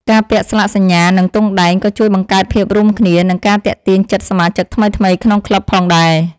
ការពាក់ស្លាកសញ្ញា និងទង់ដែង ក៏ជួយបង្កើតភាពរួមគ្នា និងការទាក់ទាញចិត្តសមាជិកថ្មីៗក្នុងក្លឹបផងដែរ។